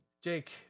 Jake